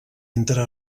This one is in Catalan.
entre